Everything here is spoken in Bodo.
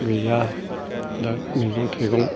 गैया दा मैगं थाइगं